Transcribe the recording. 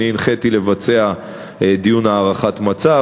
הנחיתי לבצע דיון הערכת מצב,